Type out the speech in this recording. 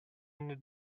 into